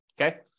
Okay